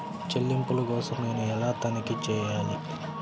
చెల్లింపుల కోసం నేను ఎలా తనిఖీ చేయాలి?